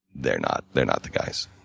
they're not they're not the guys.